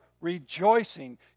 rejoicing